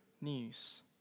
news